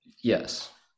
Yes